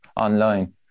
online